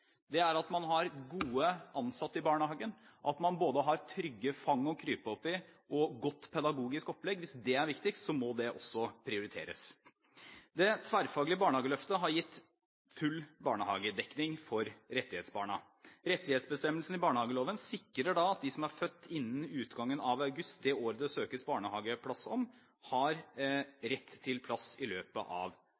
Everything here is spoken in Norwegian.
man både har trygge fang å krype opp i og godt pedagogisk opplegg. Hvis kvalitet er viktigst, må det også prioriteres. Det tverrfaglige barnehageløftet har gitt full barnehagedekning for rettighetsbarna. Rettighetsbestemmelsen i barnehageloven sikrer at de som er født innen utgangen av august det året det søkes barnehageplass for, har